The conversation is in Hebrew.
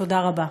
תודה רבה.